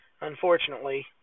Unfortunately